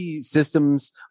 systems